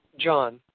John